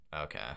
Okay